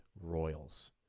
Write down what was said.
royals